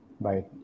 Bye